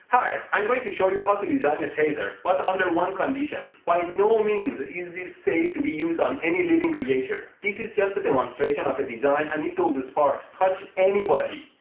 hi. i'm going to show you how to design a taser. but under one condition. by no means is this safe to be used on any living creature. this is just a demonstration of a design and if those sparks touch anybody,